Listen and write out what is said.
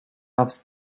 offs